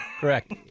correct